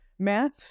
Matt